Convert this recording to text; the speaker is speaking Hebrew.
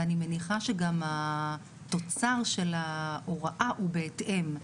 ואני מניחה שגם התוצר של ההוראה הוא בהתאם,